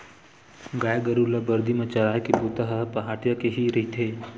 गाय गरु ल बरदी म चराए के बूता ह पहाटिया के ही रहिथे